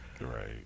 Right